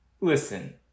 listen